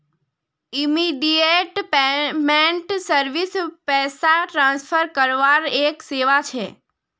immediate payment service पैसा transfer करवार एक सेवा छ